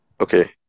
Okay